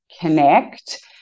connect